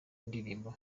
indirimbo